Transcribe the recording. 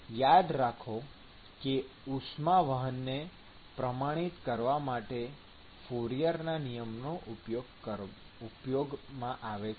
યાદ રાખો કે ઉષ્માવહનને પ્રમાણિત કરવા માટે ફોરિયરના નિયમનો ઉપયોગમાં આવે છે